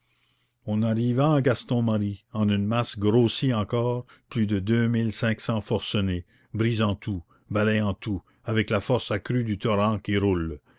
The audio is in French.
on arriva à gaston marie en une masse grossie encore plus de deux mille cinq cents forcenés brisant tout balayant tout avec la force accrue du torrent qui roule